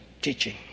teaching